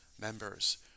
members